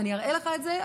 ואני אראה לך את זה,